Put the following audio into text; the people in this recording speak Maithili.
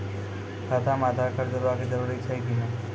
खाता म आधार कार्ड जोड़वा के जरूरी छै कि नैय?